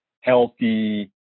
healthy